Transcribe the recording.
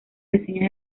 reseñas